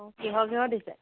কিহৰ কিহৰ দিছে